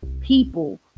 people